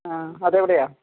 ആ അത് എവിടെയാണ്